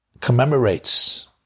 commemorates